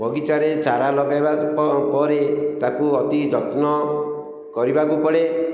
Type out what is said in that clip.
ବଗିଚାରେ ଚାରା ଲଗାଇବା ପରେ ତାକୁ ଅତି ଯତ୍ନ କରିବାକୁ ପଡ଼େ